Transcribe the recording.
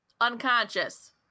Unconscious